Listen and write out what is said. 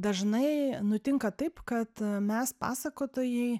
dažnai nutinka taip kad mes pasakotojai